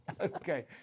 Okay